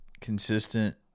consistent –